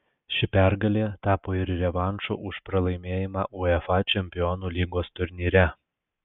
ši pergalė tapo ir revanšu už pralaimėjimą uefa čempionų lygos turnyre